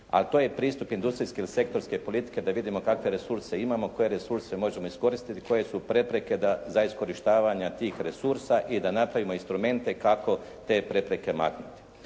A to je pristup industrijske ili sektorske politike da vidimo kakve resurse imamo, koje resurse možemo iskoristiti? Koje su prepreke da, za iskorištavanja tih resursa i da napravimo instrumente kako te prepreke maknuti?